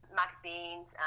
magazines